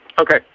Okay